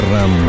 Ram